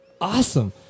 Awesome